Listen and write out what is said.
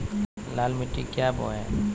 लाल मिट्टी क्या बोए?